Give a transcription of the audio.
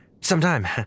Sometime